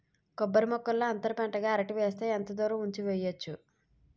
కొబ్బరి మొక్కల్లో అంతర పంట అరటి వేస్తే ఎంత దూరం ఉంచి వెయ్యొచ్చు?